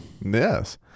Yes